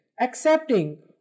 accepting